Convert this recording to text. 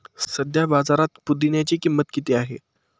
सध्या बाजारात पुदिन्याची किंमत किती आहे?